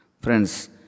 Friends